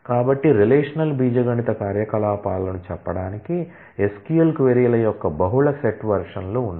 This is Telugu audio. కాబట్టి రిలేషనల్ బీజగణిత కార్యకలాపాలను చెప్పడానికి SQL క్వరీల యొక్క బహుళ సెట్ వెర్షన్లు ఉన్నాయి